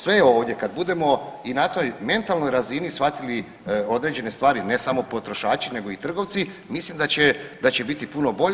Sve ovdje kad budemo i na toj mentalnoj razini shvatili određene stvari ne samo potrošači, nego i trgovci mislim da će biti puno bolje.